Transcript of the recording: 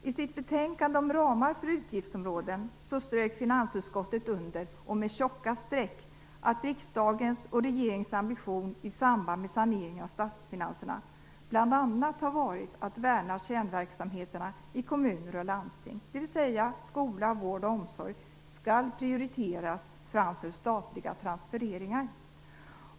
I sitt betänkande om ramar för utgiftsområden strök finansutskottet under med tjocka streck att riksdagens och regeringens ambition i samband med saneringen av statsfinanserna bl.a. har varit värnandet av kärnverksamheterna i kommuner och landsting, dvs. skola, vård och omsorg, skall prioriteras framför statliga transfereringar.